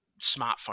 smartphone